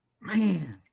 man